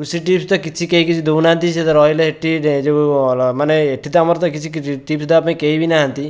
କୃଷି ଟିପ୍ସ ତ କିଛି କିଏ କିଛି ଦେଉନାହାନ୍ତି ସେ ତ ରହିଲେ ଏଠି ଯେଉଁ ଏଠି ତ ଆମର ମନେ ଟିପ୍ସ ଦେବାକୁ କେହି ବି ନାହାନ୍ତି